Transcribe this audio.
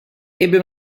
ebbe